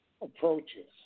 approaches